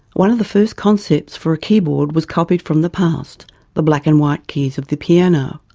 one of the first concepts for a keyboard was copied from the past the black and white keys of the piano.